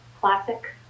classic